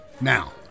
Now